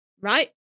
right